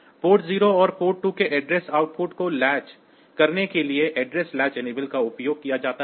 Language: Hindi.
पोर्ट 0 और पोर्ट 2 के एड्रेस आउटपुट को लैच करने के लिए एड्रेस लैच इनेबल का उपयोग किया जाता है